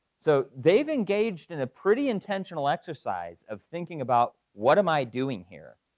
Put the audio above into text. so they've engaged in a pretty intentional excercise of thinking about, what am i doing here?